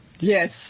Yes